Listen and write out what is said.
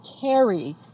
carry